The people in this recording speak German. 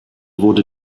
wurde